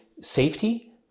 safety